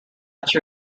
much